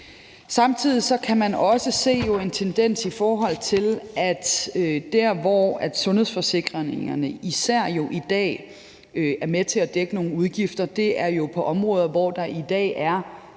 Samtidig kan man jo også se en tendens til, at sundhedsforsikringerne især i dag er med til at dække nogle udgifter på områder, hvor der i dag er